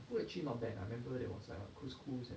food actually not bad ah I remember there was err ah